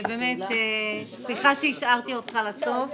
סליחה שהשארתי אותך לסוף.